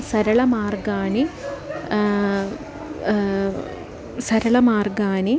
सरलमार्गानि सरलमार्गानि